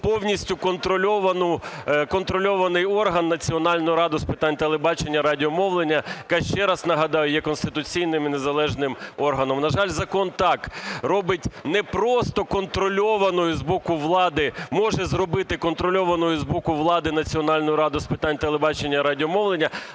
повністю контрольований орган Національну раду з питань телебачення і радіомовлення, яка, ще раз нагадаю, є конституційним і незалежним органом. На жаль, закон так робить, не просто контрольованою з боку влади, може зробити контрольованою з боку влади Національну раду з питань телебачення і радіомовлення,